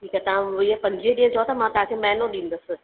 ठीकु आहे तव्हां वीह पंजुवीह ॾींहुं चओ था मां तव्हांखे महीनो ॾींदसि